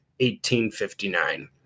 1859